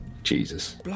Jesus